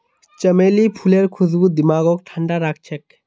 चमेली फूलेर खुशबू दिमागक ठंडा राखछेक